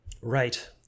right